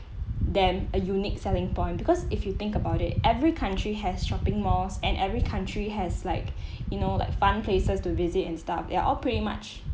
them a unique selling point because if you think about it every country has shopping malls and every country has like you know like fun places to visit and stuff they're all pretty much